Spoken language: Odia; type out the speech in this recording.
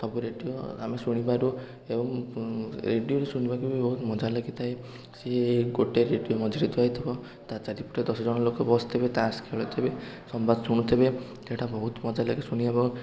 ସବୁ ରେଡ଼ିଓ ଆମେ ଶୁଣିପାରୁ ଏବଂ ରେଡ଼ିଓରେ ଶୁଣିବାକୁ ବି ବହୁତ ମଜା ଲାଗିଥାଏ ସିଏ ଗୋଟେ ରେଡ଼ିଓ ମଝିରେ ଥୁଆ ହେଇଥିବ ତା ଚାରିପଟେ ଦଶ ଜଣ ଲୋକ ବସିଥିବେ ତାସ ଖେଳୁଥିବେ ସମ୍ବାଦ ଶୁଣୁଥିବେ ସେଇଟା ବହୁତ ମଜା ଲାଗେ ଶୁଣିବା ବ